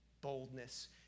boldness